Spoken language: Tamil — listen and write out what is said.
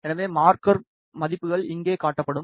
எனவே மார்க்கர் மதிப்புகள் இங்கே காட்டப்படும்